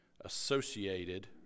associated